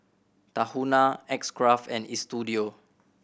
Tahuna X Craft and Istudio